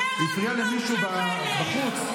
הפריע לי מישהו בחוץ,